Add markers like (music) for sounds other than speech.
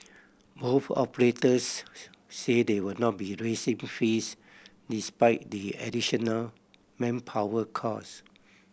both operators (unintelligible) say they would not be raising fees despite the additional manpower cost